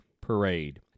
Parade